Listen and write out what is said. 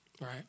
right